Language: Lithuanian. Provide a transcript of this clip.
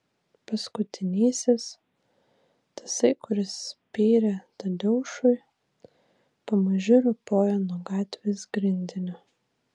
paskutinysis tasai kuris spyrė tadeušui pamaži ropojo nuo gatvės grindinio